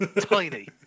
Tiny